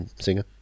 singer